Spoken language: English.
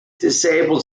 disabled